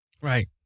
Right